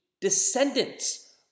descendants